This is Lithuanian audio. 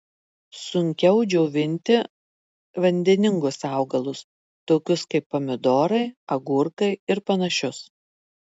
sunkiau džiovinti vandeningus augalus tokius kaip pomidorai agurkai ir panašius